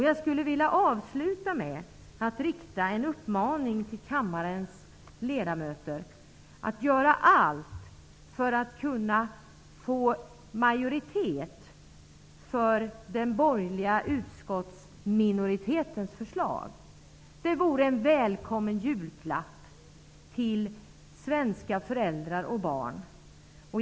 Jag vill rikta en uppmaning till kammarens ledamöter att göra allt för att få majoritet för den borgerliga utskottsminoritetens förslag. Det vore en välkommen julklapp till svenska föräldrar och barn.